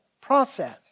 process